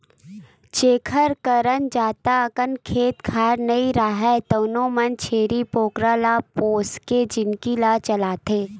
जेखर करन जादा अकन खेत खार नइ राहय तउनो मन छेरी बोकरा ल पोसके जिनगी ल चलाथे